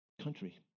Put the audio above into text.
country